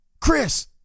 Chris